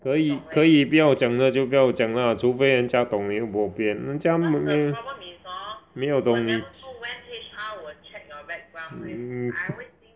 可以可以不要讲的就不要讲 lah 除非人家懂 then bo pian 人家没有